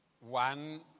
one